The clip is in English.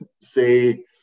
say